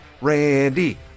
Randy